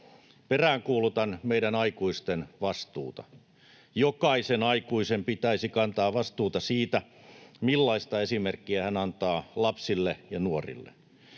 Peräänkuulutan meidän aikuisten vastuuta. Jokaisen aikuisen pitäisi kantaa vastuuta siitä, millaista esimerkkiä hän antaa lapsille ja nuorille.